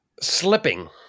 Slipping